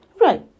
Right